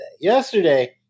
Yesterday